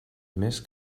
més